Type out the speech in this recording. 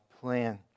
plan